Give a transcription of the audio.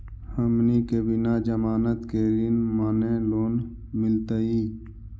हमनी के बिना जमानत के ऋण माने लोन मिलतई?